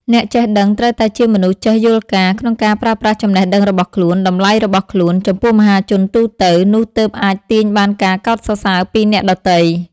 អ្នកចេះដឹងត្រូវតែជាមនុស្សចេះយល់ការណ៍ ក្នុងការប្រើប្រាស់ចំណេះដឹងរបស់ខ្លួន តម្លៃរបស់ខ្លួន ចំពោះមហាជនទូទៅ នោះទើបអាចទាញបានការកោតសរសើពីអ្នកដទៃ។